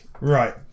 right